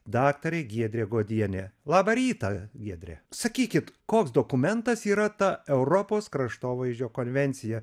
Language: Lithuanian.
dr giedrė godienė labą rytą giedrė sakykit koks dokumentas yra ta europos kraštovaizdžio konvencija